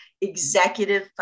executive